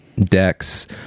decks